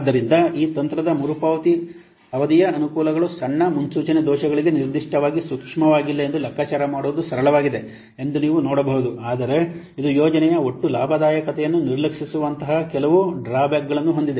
ಆದ್ದರಿಂದ ಈ ತಂತ್ರದ ಮರುಪಾವತಿ ಮರುಪಾವತಿಯ ಅವಧಿಯ ಅನುಕೂಲಗಳು ಸಣ್ಣ ಮುನ್ಸೂಚನೆ ದೋಷಗಳಿಗೆ ನಿರ್ದಿಷ್ಟವಾಗಿ ಸೂಕ್ಷ್ಮವಾಗಿಲ್ಲ ಎಂದು ಲೆಕ್ಕಾಚಾರ ಮಾಡುವುದು ಸರಳವಾಗಿದೆ ಎಂದು ನೀವು ನೋಡಬಹುದು ಆದರೆ ಇದು ಯೋಜನೆಯ ಒಟ್ಟಾರೆ ಲಾಭದಾಯಕತೆಯನ್ನು ನಿರ್ಲಕ್ಷಿಸುವಂತಹ ಕೆಲವು ಡ್ರಾ ಬ್ಯಾಕ್ಗಳನ್ನು ಹೊಂದಿದೆ